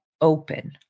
open